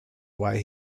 why